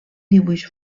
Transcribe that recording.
dibuix